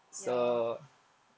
ya